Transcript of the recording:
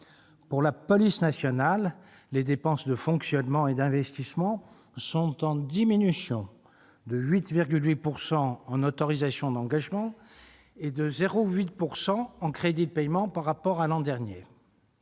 Pour la police nationale, les dépenses de fonctionnement et d'investissement reculent de 8,8 % en autorisations d'engagement et de 0,8 % en crédits de paiement par rapport à l'an dernier.